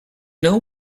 know